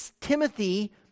Timothy